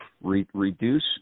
reduce